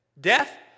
death